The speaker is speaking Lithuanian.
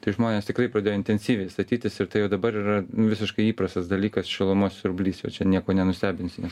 tai žmonės tikrai pradėjo intensyviai statytis ir tai jau dabar yra visiškai įprastas dalykas šilumos siurblys jau čia nieko nenustebinsime